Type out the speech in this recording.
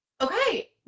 Okay